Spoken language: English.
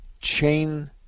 chain